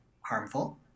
harmful